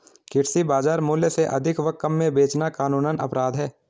कृषि बाजार मूल्य से अधिक व कम में बेचना कानूनन अपराध है